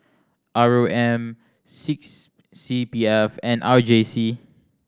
R O M six C P F and R J C